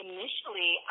Initially